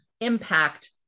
impact